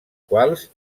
quals